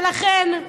ולכן,